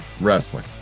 wrestling